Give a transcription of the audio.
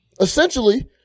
essentially